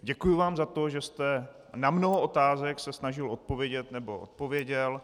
Děkuji vám za to, že jste se na mnoho otázek snažil odpovědět nebo odpověděl.